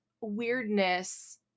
weirdness